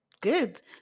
good